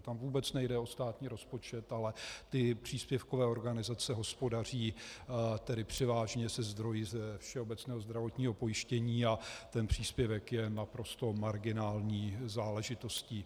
Tam vůbec nejde o státní rozpočet, ale příspěvkové organizace hospodaří převážně se zdroji ze všeobecného zdravotního pojištění a ten příspěvek je naprosto marginální záležitostí.